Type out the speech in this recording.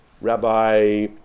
Rabbi